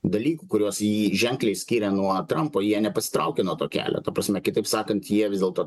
dalykų kuriuos jį ženkliai skiria nuo trampo jie nepasitraukė nuo to kelio ta prasme kitaip sakant jie vis dėlto